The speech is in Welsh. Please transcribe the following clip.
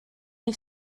neu